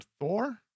Thor